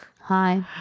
Hi